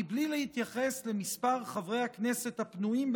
מבלי להתייחס למספר חברי הכנסת ה"פנויים",